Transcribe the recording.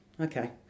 Okay